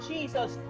Jesus